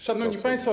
Szanowni Państwo!